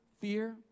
Fear